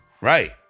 right